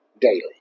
daily